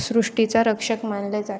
सृष्टीचा रक्षक मानले जातात